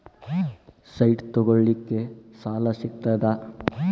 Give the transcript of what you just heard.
Site ತಗೋಳಿಕ್ಕೆ ಸಾಲಾ ಸಿಗ್ತದಾ?